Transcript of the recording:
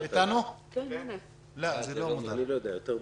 אני שומע אתכם